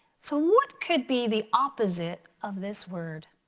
so what could be the opposite of this word?